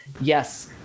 yes